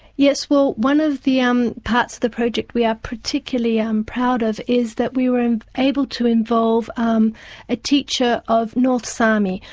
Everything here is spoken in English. yes, well one of the um parts of the project we are particularly um proud of is that we were able to involve um a teacher of north sami.